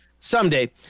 Someday